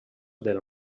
del